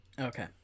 okay